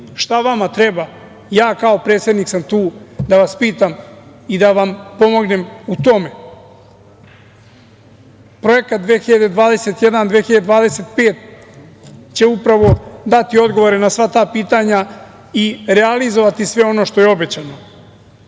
šta vama treba, ja kao predsednik sam tu da vas pitam i da vam pomognem u tome. Projekat 2021-2025. će upravo dati odgovore na sva ta pitanja i realizovati sve ono što je obećano.